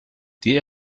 die